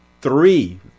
three